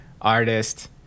artist